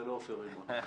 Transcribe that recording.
זה לא עופר רימון.